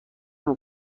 نمی